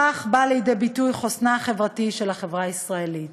בכך בא לידי ביטוי חוסנה החברתי של החברה הישראלית.